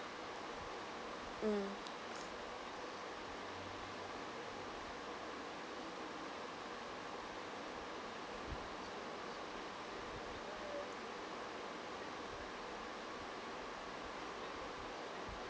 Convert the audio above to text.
mm